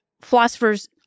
philosophers